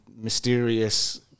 mysterious